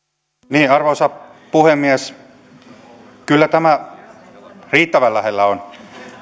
niin arvoisa puhemies kyllä tämä riittävän lähellä on